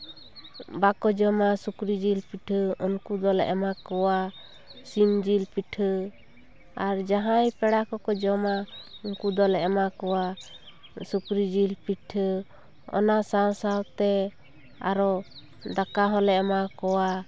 ᱵᱟᱠᱚ ᱡᱚᱢᱟ ᱥᱩᱠᱨᱤ ᱡᱤᱞ ᱯᱤᱴᱷᱟᱹ ᱩᱱᱠᱩ ᱫᱚᱞᱮ ᱮᱢᱟ ᱠᱚᱣᱟ ᱥᱤᱢ ᱡᱤᱞ ᱯᱤᱴᱷᱟᱹ ᱟᱨ ᱡᱟᱦᱟᱸᱭ ᱯᱮᱲᱟ ᱠᱚᱠᱚ ᱡᱚᱢᱟ ᱩᱱᱠᱩ ᱫᱚᱞᱮ ᱮᱢᱟ ᱠᱚᱣᱟ ᱥᱩᱠᱨᱤ ᱡᱤᱞ ᱯᱤᱴᱷᱟᱹ ᱚᱱᱟ ᱥᱟᱶ ᱥᱟᱶᱛᱮ ᱟᱨᱚ ᱫᱟᱠᱟ ᱦᱚᱸᱞᱮ ᱮᱢᱟ ᱠᱚᱣᱟ